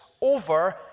over